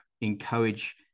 encourage